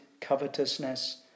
covetousness